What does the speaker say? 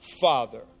Father